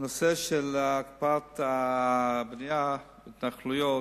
הנושא של הקפאת הבנייה בהתנחלויות,